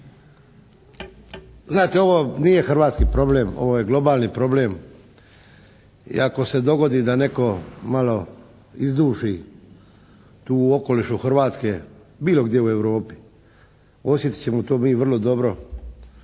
Znate ovo nije hrvatski problem. Ovo je globalni problem i ako se dogodi da netko malo izduši tu u okolišu Hrvatske bilo gdje u Europi osjetit ćemo to mi vrlo dobro